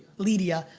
leedia.